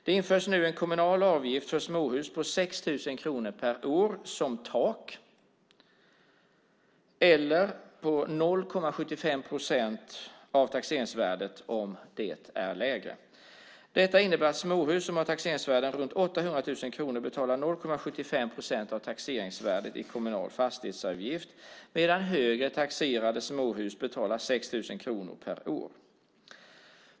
Det införs nu en kommunal avgift för småhus om 6 000 kronor per år som tak eller om 0,75 procent av taxeringsvärdet om det är lägre. Detta innebär att småhus med ett taxeringsvärde runt 800 000 kronor beskattas med 0,75 procent av taxeringsvärdet i kommunal fastighetsavgift medan man för högre taxerade småhus betalar 6 000 kronor per år.